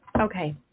okay